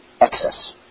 excess